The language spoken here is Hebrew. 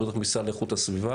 המשרד לאיכות הסביבה,